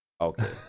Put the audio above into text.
Okay